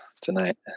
tonight